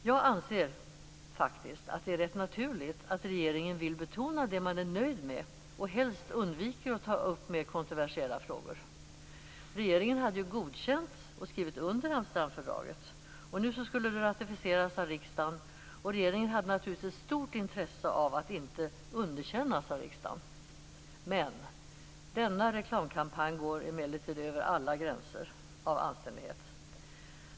Jag anser faktiskt att det är rätt naturligt att regeringen vill betona det man är nöjd med och helst undviker att ta upp mer kontroversiella frågor. Regeringen hade ju godkänt och skrivit under Amsterdamfördraget. Nu skulle det ratificeras av riksdagen, och regeringen hade naturligtvis ett stort intresse av att inte underkännas av riksdagen. Denna reklamkampanj går emellertid över alla gränser av anständighet.